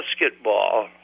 basketball